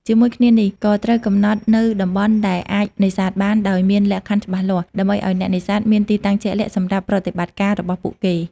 ជាមួយគ្នានោះ ក៏ត្រូវកំណត់នូវតំបន់ដែលអាចនេសាទបាន ដោយមានលក្ខខណ្ឌច្បាស់លាស់ ដើម្បីឲ្យអ្នកនេសាទមានទីតាំងជាក់លាក់សម្រាប់ប្រតិបត្តិការរបស់ពួកគេ។